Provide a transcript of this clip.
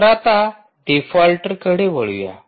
तर आता डिफॉल्टकडे वळूया